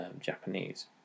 japanese